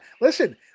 listen